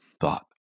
thought